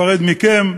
אפרד מכם.